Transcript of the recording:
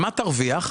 מה תרוויח?